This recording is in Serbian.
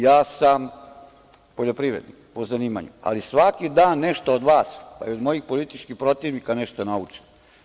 Ja sam poljoprivrednik po zanimanju, ali svaki dan nešto od vas, od mojih političkih protivnika nešto naučim.